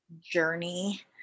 journey